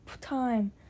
time